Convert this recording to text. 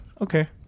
okay